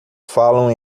falam